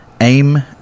Aim